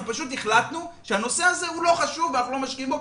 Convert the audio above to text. אנחנו פשוט החלטנו שהנושא הזה לא חשוב ולא משקיעים בו.